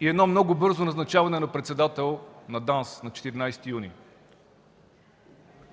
и едно много бързо назначаване на председател на ДАНС на 14 юни.